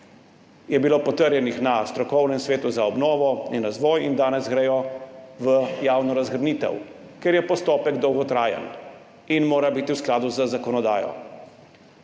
je bilo potrjenih na strokovnem svetu za obnovo in razvoj in danes gredo v javno razgrnitev, ker je postopek dolgotrajen in mora biti v skladu z zakonodajo.